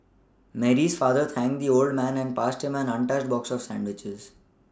Mary's father thanked the old man and passed him an untouched box of sandwiches